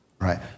Right